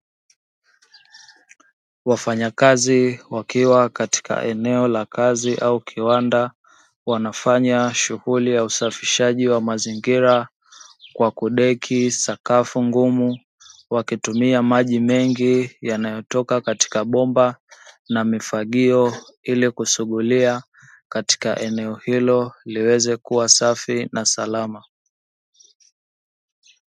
Wafanyakazi wakiwa katika eneo la kazi au kiwanda wanafanya shughuli ya usafishaji wa mazingira kwa kudeki sakafu ngumu wakitumia maji mengi yanayotoka katika bomba, na mifagio ili kusugulia katika eneo hilo liweze kuwa safi na salama.